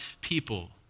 people